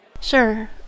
Sure